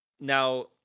Now